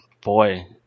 boy